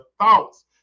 thoughts